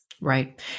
Right